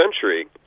century